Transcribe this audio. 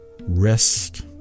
Rest